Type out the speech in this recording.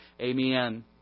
Amen